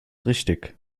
richtig